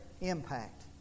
impact